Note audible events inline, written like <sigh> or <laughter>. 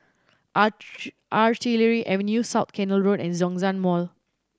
<unintelligible> Artillery Avenue South Canal Road and Zhongshan Mall